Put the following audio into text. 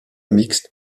mixte